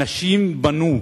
אנשים בנו,